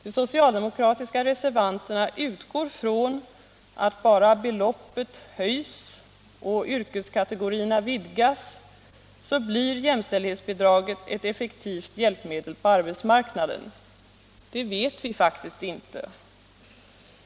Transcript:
De socialdemokratiska reservanterna utgår från att om bara beloppet höjs och yrkeskategorierna vidgas, så blir jämställdhetsbidraget ett effektivt hjälpmedel på arbetsmarknaden. Det vet vi faktiskt inte.